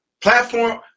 Platform